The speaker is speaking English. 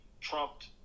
trumped